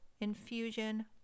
Infusion